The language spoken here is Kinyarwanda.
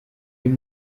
iyi